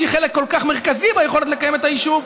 שהיא חלק כל כך מרכזי ביכולת לקיים את היישוב,